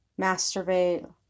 masturbate